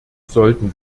sollten